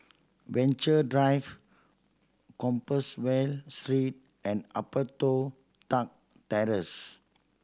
Venture Drive Compassvale Street and Upper Toh Tuck Terrace